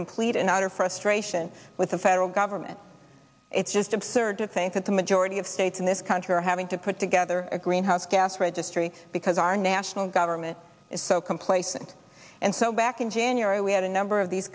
complete and utter frustration with the federal government it's just absurd to think that the majority of states in this country are having to put together a greenhouse gas registry because our national government is so complacent and so back in january we had a number of these